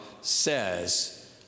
says